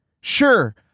Sure